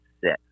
six